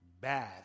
bad